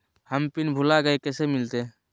हम पिन भूला गई, कैसे मिलते?